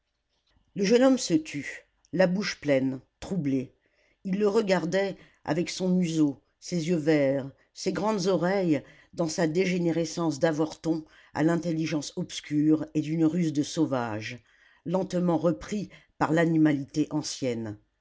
le jeune homme se tut la bouche pleine troublé il le regardait avec son museau ses yeux verts ses grandes oreilles dans sa dégénérescence d'avorton à l'intelligence obscure et d'une ruse de sauvage lentement repris par l'animalité ancienne